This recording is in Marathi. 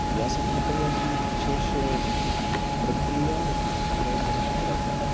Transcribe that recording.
यासाठी काही अशी विशेष प्रक्रिया नाही म्हणू शकत आपण